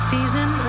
Season